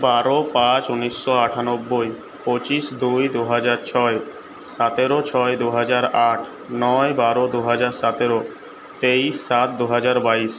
বারো পাঁচ উনিশশো আটানব্বই পঁচিশ দুই দুহাজার ছয় সতেরো ছয় দুহাজার আট নয় বারো দুহাজার সতেরো তেইশ সাত দুহাজার বাইশ